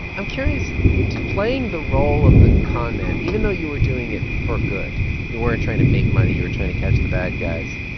i'm curious playing the role of the con man, even though you were doing it for good you weren't trying to make money you were trying to catch the bad guys.